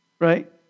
Right